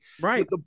Right